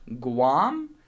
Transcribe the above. Guam